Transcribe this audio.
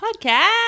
podcast